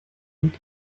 and